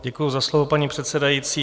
Děkuji za slovo, paní předsedající.